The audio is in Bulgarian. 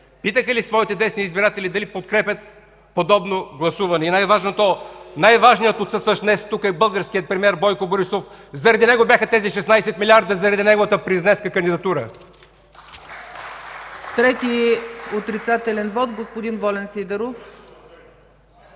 питаха ли своите десни избиратели дали подкрепят подобно гласуване?! И най-важното: най-важният отсъстващ днес тук е българският премиер Бойко Борисов. Заради него бяха тези 16 милиарда, заради неговата президентска кандидатура. (Ръкопляскания от парламентарните